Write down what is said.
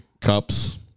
Cups